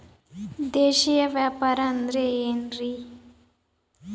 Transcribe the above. ದೇಶೇಯ ವ್ಯಾಪಾರ ಅಂದ್ರೆ ಏನ್ರಿ?